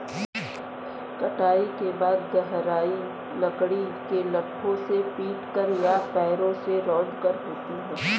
कटाई के बाद गहराई लकड़ी के लट्ठों से पीटकर या पैरों से रौंदकर होती है